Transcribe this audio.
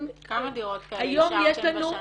-- כמה דירות כאלו אישרתם בשנה האחרונה?